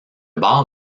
bar